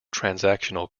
transactional